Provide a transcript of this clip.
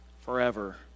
forever